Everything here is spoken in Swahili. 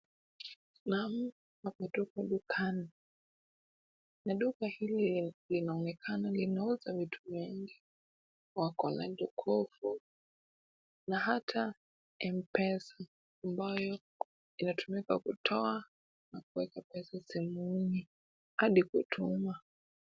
Naam, hapa tuko dukani, na duka hili linaonekana linauza vitu mingi, wako na ndo kofu, na hata M-Pesa, ambayo inatumika kutoa na kuweka pesa simuni, hadi kutuma.